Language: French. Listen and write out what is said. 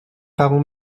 parents